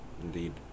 indeed